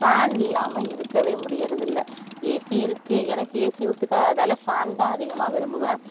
fan இல்லாமல் இருக்கவே முடியறதில்ல ஏசி இருக்கு எனக்கு ஏசி ஒத்துக்காதால ஃபேன் தான் அதிகமாக விரும்புவேன்